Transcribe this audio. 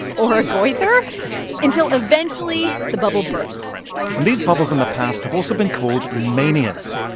or a goiter until, eventually, the bubble bursts and these bubbles, in the past, have also been called manias,